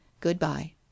Goodbye